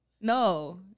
No